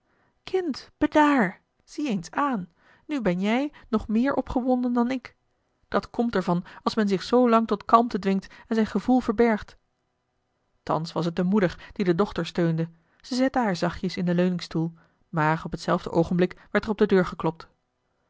kind bedaar zie eens aan nu ben jij nog meer opgewonden dan ik dat komt er van als men zich zoo lang tot kalmte dwingt en zijn gevoel verbergt thans was het de moeder die de dochter steunde ze zette haar zachtjes in den leuningstoel maar op hetzelfde oogenblik werd er op de deur geklopt